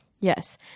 Yes